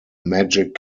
magic